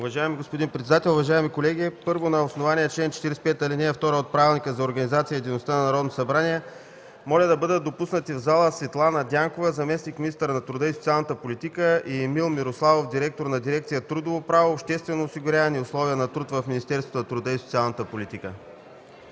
Уважаеми господин председател, уважаеми колеги! На основание чл. 45, ал. 2 от Правилника за организацията и дейността на Народното събрание моля да бъдат допуснати в залата Светлана Дянкова – заместник-министър на труда и социалната политика, и Емил Мирославов – директор на дирекция „Трудово право, обществено осигуряване и условия на труд” в Министерството на труда и социалната политика.